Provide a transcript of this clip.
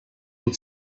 and